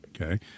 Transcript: okay